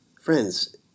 Friends